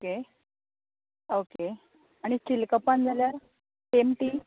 okay okay आनी still कपान जाल्यार सेम ती